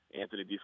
Anthony